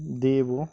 देब'